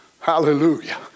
Hallelujah